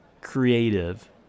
creative